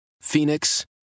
Phoenix